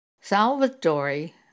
Salvatore